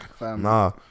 Nah